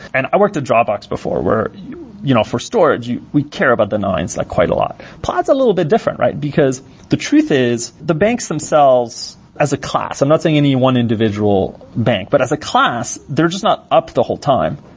and i worked at dropbox before, where you know for storage, we care about the nines like quite a lot. plaid is a little bit different, because the truth is the banks themselves as a class. i'm not saying any one individual bank, but as a class, they're just not up the whole time.